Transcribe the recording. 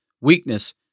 weakness